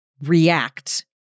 react